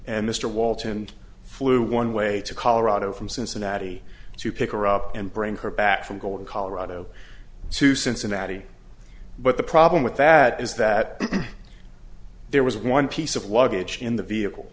and mr walton flew one way to colorado from cincinnati to pick her up and bring her back from golden colorado to cincinnati but the problem with that is that there was one piece of luggage in the vehicle